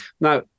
Now